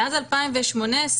מאז 2018,